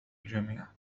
الجميع